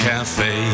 Cafe